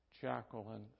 Jacqueline